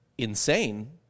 Insane